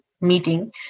meeting